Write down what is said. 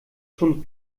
schon